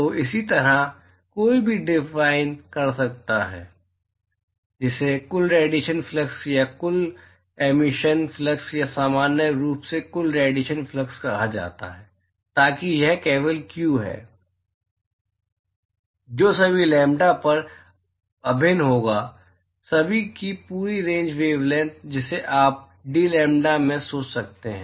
तो इसी तरह कोई भी डिफाइन कर सकता है जिसे कुल रेडिएशन फ्लक्स या कुल कुल एमीशन फ्लक्स या सामान्य रूप से कुल रेडिएशन फ्लक्स कहा जाता है ताकि यह केवल q है जो सभी लैम्ब्डा पर अभिन्न होगा सभी की पूरी रेंज वेवलैंथ जिसे आप dlambda में सोच सकते हैं